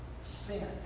sin